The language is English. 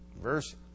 verse